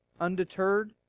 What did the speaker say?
Undeterred